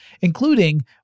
including